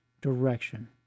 direction